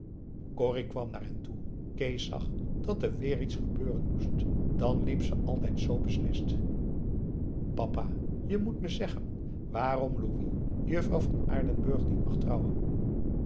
corrie kwam naar hen toe kees zag dat er weêr iets gebeuren moest dan liep ze altijd z beslist papa je moet me zeggen waarom louis juffrouw van aardenburg niet mag trouwen